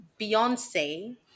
Beyonce